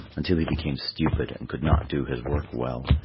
until he became stupid and could not do his work well,